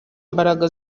mbaraga